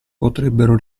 potrebbero